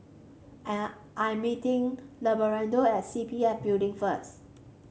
I'm meeting Abelardo at C P F Building first